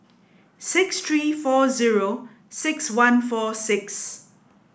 six three four zero six one four six